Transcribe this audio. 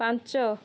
ପାଞ୍ଚ